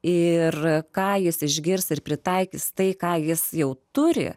ir ką jis išgirs ir pritaikys tai ką jis jau turi